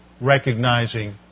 recognizing